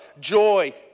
joy